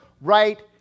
right